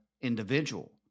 individual